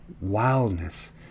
wildness